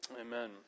amen